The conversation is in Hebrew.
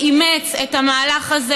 מה שלמעשה קרה,